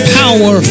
power